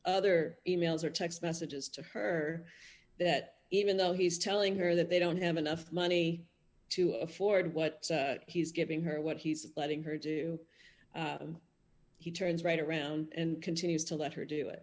other e mails or text messages to her that even though he's telling her that they don't have enough money to afford what he's giving her what he's letting her do he turns right around and continues to let her do it